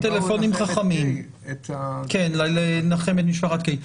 טלפונים חכמים ------ באו לנחם את משפחת קיי.